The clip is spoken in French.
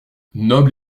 noble